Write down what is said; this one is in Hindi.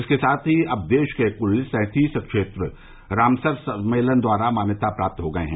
इसके साथ ही अब देश के कुल सैंतीस क्षेत्र रामसर सम्मेलन द्वारा मान्यता प्राप्त हो गये हैं